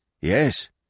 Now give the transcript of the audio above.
Yes